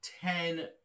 ten